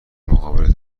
مقابل